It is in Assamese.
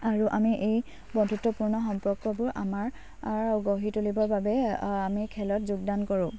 আৰু আমি এই বন্ধুত্বপূৰ্ণ সম্পৰ্কবোৰ আমাৰ গঢ়ি তুলিবৰ বাবে আমি খেলত যোগদান কৰোঁ